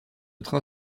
train